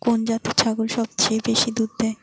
কোন জাতের ছাগল সবচেয়ে বেশি দুধ দেয়?